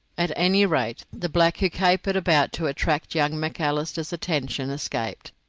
at any rate, the black who capered about to attract young macalister's attention escaped,